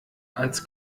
als